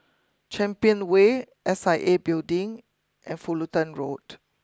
Champion way S I A Building and Fullerton Road